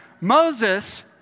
Moses